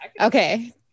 Okay